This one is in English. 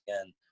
again